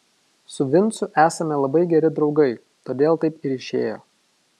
su vincu esame labai geri draugai todėl taip ir išėjo